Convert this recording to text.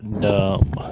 dumb